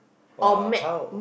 !wah! how